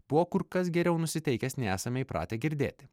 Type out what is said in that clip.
buvo kur kas geriau nusiteikęs nei esame įpratę girdėti